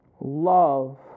love